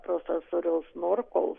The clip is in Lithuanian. profesoriaus norkaus